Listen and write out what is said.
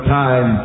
time